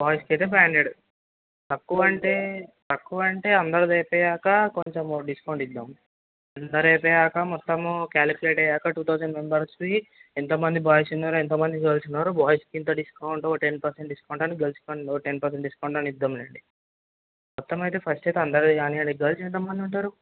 బాయ్స్కైతే five hundred తక్కువ అంటే తక్కువ అంటే అందరిదీ అయిపోయాక కొంచెం డిస్కౌంట్ ఇద్దాం అందరు అయిపోయాక మొత్తము క్యాలిక్యులేట్ అయ్యాక టూ తౌజండ్ మెంబర్స్కి ఎంతమంది బాయ్స్ ఉన్నారు ఎంతమంది గల్స్ ఉన్నారు బాయ్స్కింత డిస్కౌంట్ ఒక టెన్ పర్సెంట్ డిస్కౌంట్ అని గల్స్కి ఒక టెన్ పర్సెంట్ డిస్కౌంట్ అని ఇద్దాం లెండి మొత్తం అయితే ఫస్ట్ అయితే అందరిదీ కానీయండి గల్స్ ఎంతమంది ఉంటారు